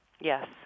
Yes